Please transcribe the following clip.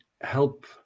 help